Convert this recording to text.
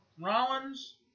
Rollins